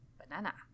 banana